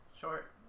short